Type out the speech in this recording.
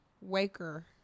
waker